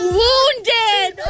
wounded